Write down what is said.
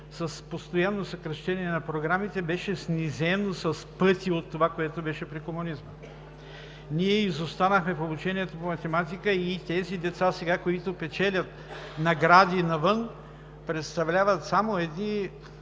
с постоянно съкращение на програмите беше снизено с пъти от това, което беше при комунизма. Ние изостанахме в обучението по математика и тези деца, които сега печелят награди навън, представляват само едни,